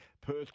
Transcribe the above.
Perth